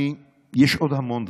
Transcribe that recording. יש עוד המון דברים,